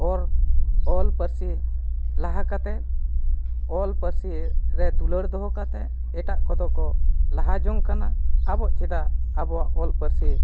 ᱚᱞ ᱚᱞ ᱯᱟᱹᱨᱥᱤ ᱞᱟᱦᱟ ᱠᱟᱛᱮᱫ ᱚᱞ ᱯᱟᱹᱨᱥᱤ ᱨᱮ ᱫᱩᱞᱟᱹᱲ ᱫᱚᱦᱚ ᱠᱟᱛᱮᱫ ᱮᱴᱟᱜ ᱠᱚᱫᱚ ᱠᱚ ᱞᱟᱦᱟ ᱡᱚᱝ ᱠᱟᱱᱟ ᱟᱵᱚ ᱪᱮᱫᱟᱜ ᱟᱵᱚᱣᱟᱜ ᱚᱞ ᱯᱟᱹᱨᱥᱤ